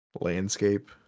landscape